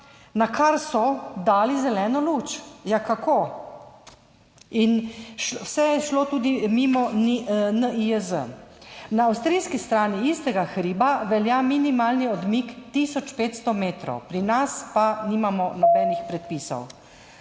nakar so dali zeleno luč. Ja kako?! Vse je šlo tudi mimo NIJZ. Na avstrijski strani istega hriba velja minimalni odmik tisoč 500 metrov, pri nas pa nimamo nobenih predpisov.